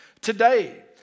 today